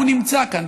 הוא נמצא כאן,